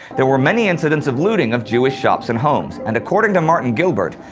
there were many incidents of looting of jewish shops and homes, and according to martin gilbert,